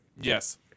Yes